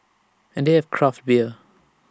and they have craft beer